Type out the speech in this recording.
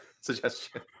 suggestion